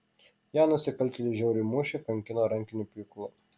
ją nusikaltėliai žiauriai mušė kankino rankiniu pjūklu